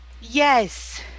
yes